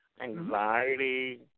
anxiety